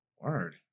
Word